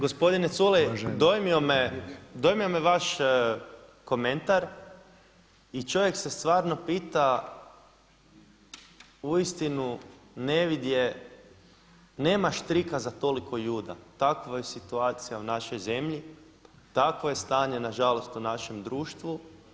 Gospodine Culej, dojmio me vaš komentar i čovjek se stvarno pita uistinu ne vidje nema štrika za toliko Juda, tava je situacija u našoj zemlji, takvo je stanje nažalost u našem društvu.